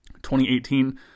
2018